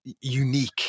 unique